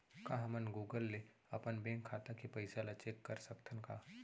का हमन गूगल ले अपन बैंक खाता के पइसा ला चेक कर सकथन का?